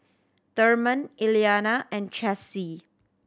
Therman Elianna and Chessie